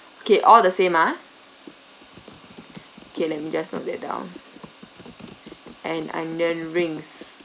okay all the same ah okay let me just note that down and onion rings